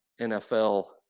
NFL